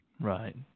right